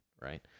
right